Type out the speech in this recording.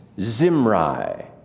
Zimri